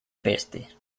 peste